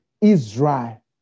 Israel